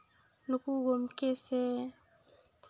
ᱱᱩᱠᱩ ᱜᱚᱢᱠᱮ ᱥᱮ